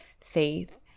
faith